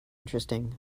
interesting